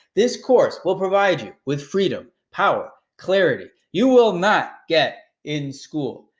this course will provide you with freedom, power, clarity you will not get in school.